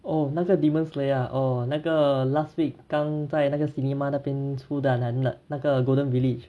oh 那个 demon slayer ah oh 那个 last week 刚在那个 cinema 那边出的男的那个 golden village